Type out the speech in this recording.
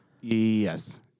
Yes